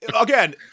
Again